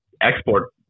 export